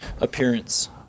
appearance